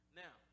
now